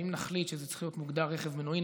ואם נחליט שזה צריך להיות מוגדר רכב מנועי,